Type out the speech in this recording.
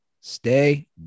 stay